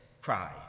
cry